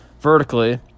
vertically